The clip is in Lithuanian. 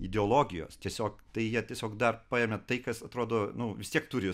ideologijos tiesiog tai jie tiesiog dar paėmė tai kas atrodo nu vis tiek turi